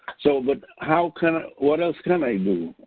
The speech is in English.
so but how can what else can i do?